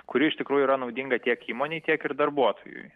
kuri iš tikrųjų yra naudinga tiek įmonei tiek ir darbuotojui